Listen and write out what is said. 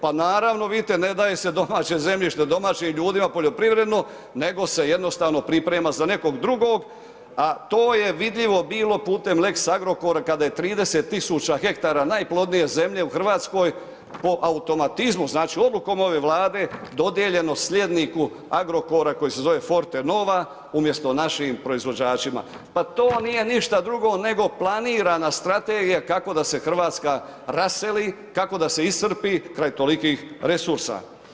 Pa naravno vidite ne daje se domaće zemljište domaćim ljudima poljoprivredno nego se jednostavno priprema za nekog drugog, a to je vidljivo bilo putem lex Agrokora kada je 30 000 hektara najplodnije zemlje u RH po automatizmu, znači odlukom ove Vlade dodijeljeno slijedniku Agrokora koji se zove Fortenova umjesto našim proizvođačima, pa to nije ništa drugo nego planirana strategija kako da se RH raseli, kako da se iscrpi kraj tolikih resursa.